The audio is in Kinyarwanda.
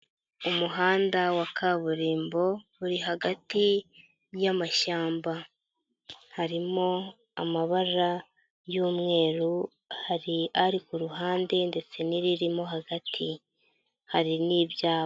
Umuhanda wa kaburimbo uri hagati y'amashyamba harimo amabara y'umweru, hari ari ku ruhande ndetse n'iririmo hagati, hari n'ibyapa.